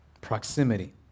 Proximity